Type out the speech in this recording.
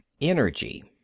Energy